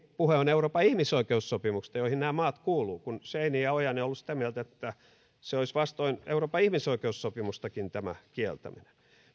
puhe on euroopan ihmisoikeussopimuksesta joihin nämä maat kuuluvat ja scheinin ja ojanen ovat olleet sitä mieltä että se olisi vastoin euroopan ihmisoikeussopimustakin tämä kieltäminen